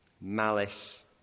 malice